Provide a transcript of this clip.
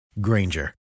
Granger